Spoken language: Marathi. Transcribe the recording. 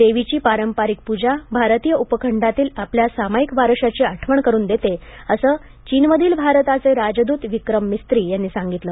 देवीची पारंपरिक पूजा भारतीय उपखंडातील आपल्या सामायिक वारशाची आठवण करून देते असं चीनमधील भारताचे राजदूत विक्रम मिस्त्री यांनी सागिंतलं